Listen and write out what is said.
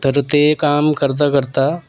तर ते काम करता करता